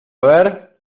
ver